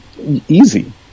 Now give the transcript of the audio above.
easy